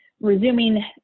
resuming